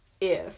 if-